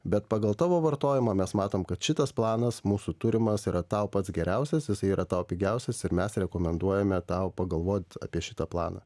bet pagal tavo vartojimą mes matom kad šitas planas mūsų turimas yra tau pats geriausias jisai yra tau pigiausias ir mes rekomenduojame tau pagalvot apie šitą planą